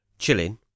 chilling